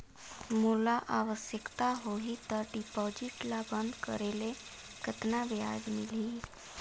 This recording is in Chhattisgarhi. मोला आवश्यकता होही त डिपॉजिट ल बंद करे ले कतना ब्याज मिलही?